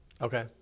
Okay